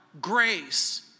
grace